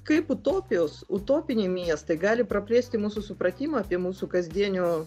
kaip utopijos utopiniai miestai gali praplėsti mūsų supratimą apie mūsų kasdienio